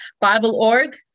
Bible.org